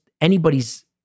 anybody's